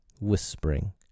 whispering